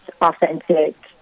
authentic